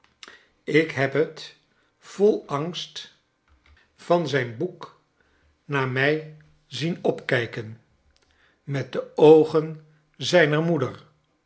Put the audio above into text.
ik heb het vol angst van kleine doeeit zijn boek naar mij zien opkijken met de oogen zijner moeder